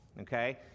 okay